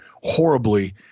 horribly